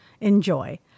Enjoy